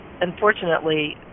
unfortunately